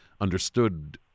understood